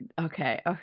okay